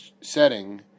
setting